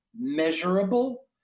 measurable